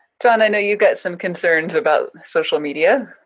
john i know you've got some concerns about social media.